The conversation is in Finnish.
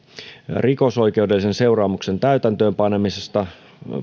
rikosoikeudellisen seuraamuksen täytäntöönpanemisesta